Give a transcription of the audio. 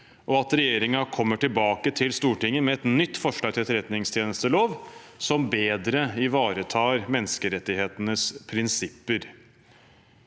og at regjeringen kommer tilbake til Stortinget med et nytt forslag til etterretningstjenestelov, som bedre ivaretar menneskerettighetenes prinsipper.